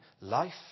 life